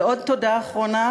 ועוד תודה אחרונה,